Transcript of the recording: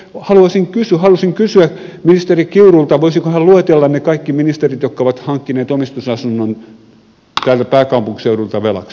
haluaisin kysyä ministeri kiurulta voisiko hän luetella ne kaikki ministerit jotka ovat hankkineet omistusasunnon täältä pääkaupunkiseudulta velaksi